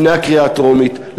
לפני הקריאה הטרומית,